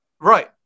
right